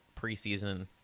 preseason